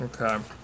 Okay